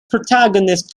protagonist